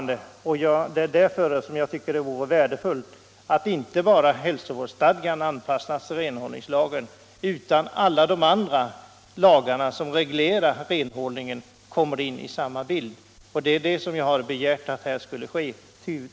Det är därför jag tycker att det vore värdefullt att inte bara hälsovårdsstadgan anpassas till renhållningslagen utan att även alla andra lagar som reglerar renhållningen tas med i bilden. Det är också det jag har begärt skall ske.